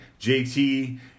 JT